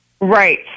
Right